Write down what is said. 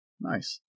Nice